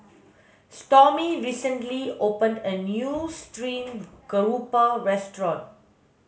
Stormy recently opened a new stream grouper restaurant